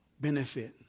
benefit